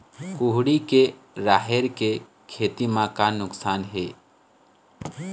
कुहड़ी के राहेर के खेती म का नुकसान हे?